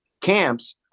camps